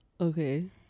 Okay